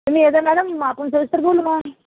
तुम्ही या मॅडम आपण सविस्तर बोलू मग